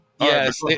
Yes